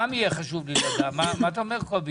קובי, מה אתה אומר?